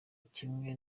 kimwe